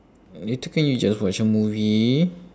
later can you just watch a movie